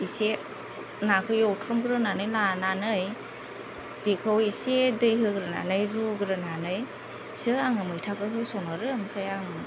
इसे नाखौ एवथ्रमग्रोनानै लानानै बेखौ इसे दै होग्रोनानै रुग्रोनानैसो आङो मैथाखौ होसनहरो ओमफ्राय आं